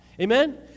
Amen